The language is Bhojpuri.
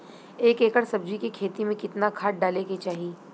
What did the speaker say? एक एकड़ सब्जी के खेती में कितना खाद डाले के चाही?